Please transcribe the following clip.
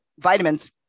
vitamins